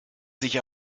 sich